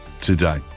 today